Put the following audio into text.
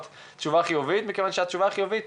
תשובה חיובית מכיוון שהתשובה החיובית,